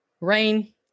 rain